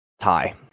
tie